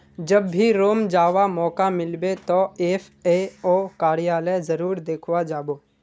जब भी रोम जावा मौका मिलबे तो एफ ए ओ कार्यालय जरूर देखवा जा बो